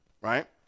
right